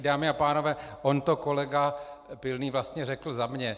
Dámy a pánové, on to kolega Pilný vlastně řekl za mě.